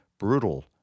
brutal